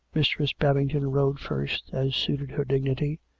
mistress babington rode first, as suited her dignity,